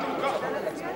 כולנו כחלונים.